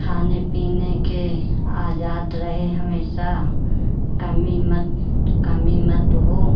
खाने पीने के आज़ाद रहे हमेशा कमी मत कमी मत हो